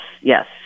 yes